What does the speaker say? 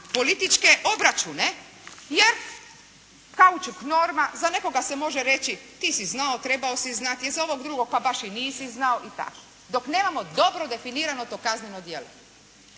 političke obračune jer kaučuk norma za nekoga se može reći ti si znao, trebao si znati, za ovog drugog pa baš i nisi znao i tako, dok nemamo dobro definirano to kazneno djelo.